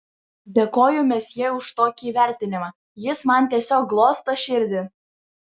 dėkoju mesjė už tokį įvertinimą jis man tiesiog glosto širdį